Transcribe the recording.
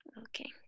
Okay